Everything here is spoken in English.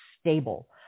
stable